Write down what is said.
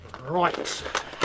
Right